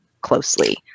closely